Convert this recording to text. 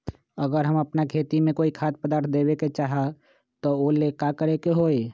अगर हम अपना खेती में कोइ खाद्य पदार्थ देबे के चाही त वो ला का करे के होई?